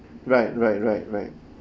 right right right right